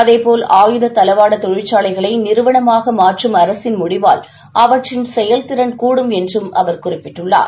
அதேபோல் ஆயுத தளவாட தொழிற்சாலைகளை நிறுவனமாக மாற்றும் அரசின் முடிவால் அவற்றின் செயல்திறன் கூடும் என்றும் அவர் குறிப்பிட்டுள்ளார்